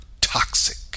toxic